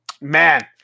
man